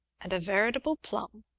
and a veritable plum.